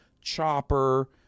chopper